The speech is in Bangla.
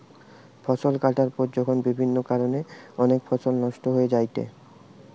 ফসল কাটার পর যখন বিভিন্ন কারণে অনেক ফসল নষ্ট হয়ে যায়েটে